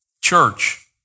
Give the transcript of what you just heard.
church